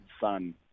son